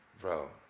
Bro